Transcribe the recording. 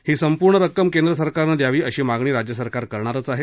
ही संपूर्ण रक्कम केंद्रसरकारनं द्यावी अशी मागणी राज्यसरकार करणारच आहे